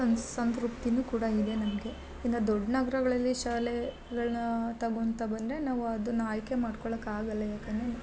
ಸಂತೃಪ್ತಿನೂ ಕೂಡ ಇದೆ ನಮಗೆ ಇನ್ನ ದೊಡ್ಡ ನಗರಗಳಲ್ಲಿ ಶಾಲೆಗಳನ್ನ ತಗೊಂತ ಬಂದರೆ ನಾವು ಅದನ್ನ ಆಯ್ಕೆ ಮಾಡ್ಕೊಳಕ್ಕೆ ಆಗಲ್ಲ ಯಾಕೆಂದರೆ